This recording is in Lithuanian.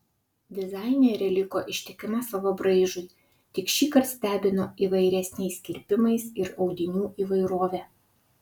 dizainerė liko ištikima savo braižui tik šįkart stebino įvairesniais kirpimais ir audinių įvairove